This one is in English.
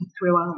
throughout